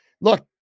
Look